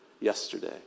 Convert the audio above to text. yesterday